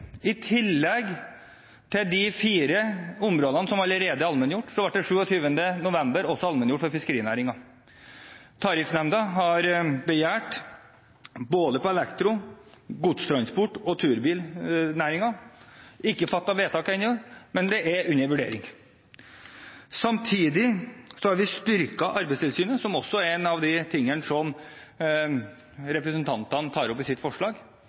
I tillegg til de fire områdene som allerede er allmenngjort, så var det 27. november også allmenngjort for fiskerinæringen. Tariffnemnda har begjært det både på elektro-, godstransport- og turbilnæringen. Det er ikke fattet vedtak ennå, men det er under vurdering. Samtidig har vi styrket Arbeidstilsynet, som også er en av de tingene som representantene tar opp i sitt forslag.